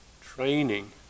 training